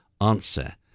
answer